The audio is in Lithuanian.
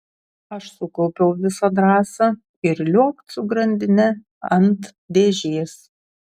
aš sukaupiau visą drąsą ir liuokt su grandine ant dėžės